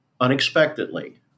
unexpectedly